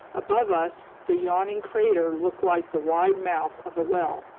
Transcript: above us, the yawning crater looked like the wide mouth of a well.